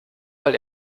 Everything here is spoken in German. weil